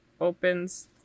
opens